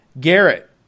Garrett